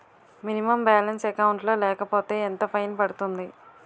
Minimum balance account లో లేకపోతే ఎంత ఫైన్ పడుతుంది?